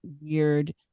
weird